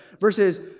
versus